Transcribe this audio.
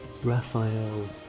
Raphael